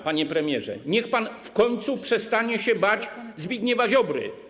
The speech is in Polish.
Panie premierze, niech pan w końcu przestanie się bać Zbigniewa Ziobry.